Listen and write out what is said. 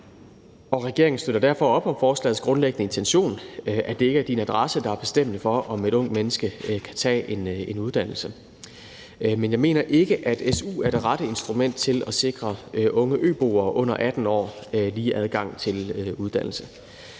op. Regeringen støtter derfor op om forslagets grundlæggende intention, nemlig at det ikke er adressen, der er bestemmende for, om et ungt menneske kan tage en uddannelse. Men jeg mener ikke, at su er det rette instrument til at sikre unge øboere under 18 år lige adgang til uddannelse.